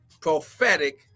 prophetic